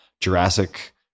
Jurassic